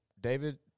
David